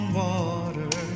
water